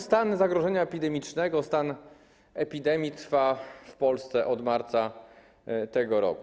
Stan zagrożenia epidemicznego, stan epidemii trwa w Polsce od marca tego roku.